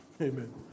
Amen